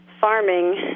farming